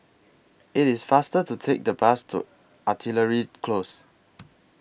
IT IS faster to Take The Bus to Artillery Close